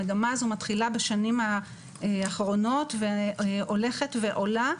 המגמה הזאת מתחילה בשנים האחרונות והולכת ועולה.